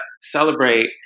celebrate